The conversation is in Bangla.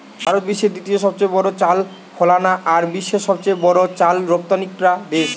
ভারত বিশ্বের দ্বিতীয় সবচেয়ে বড় চাল ফলানা আর বিশ্বের সবচেয়ে বড় চাল রপ্তানিকরা দেশ